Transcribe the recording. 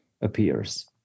appears